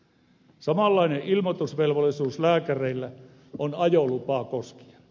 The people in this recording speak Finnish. samanlainen ilmoitusvelvollisuus lääkäreillä on ajolupaa koskien